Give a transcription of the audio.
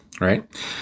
right